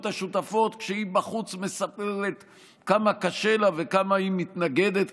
השותפות כשהיא בחוץ מספרת כמה קשה לה וכמה היא מתנגדת,